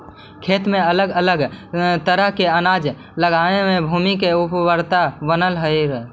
खेत में अलग अलग तरह के अनाज लगावे से भूमि के उर्वरकता बनल रहऽ हइ